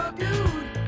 dude